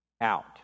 out